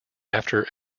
after